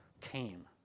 came